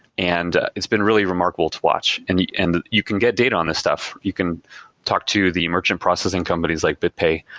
and it's been really remarkable to watch and you and you can get data on this stuff. you can talk to the merchant processing companies like bitpay,